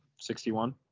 61